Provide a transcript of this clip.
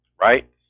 right